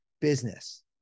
business